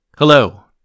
Hello